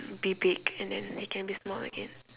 be big and then he can be small again